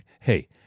Hey